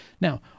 Now